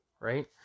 right